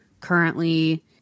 currently